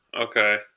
okay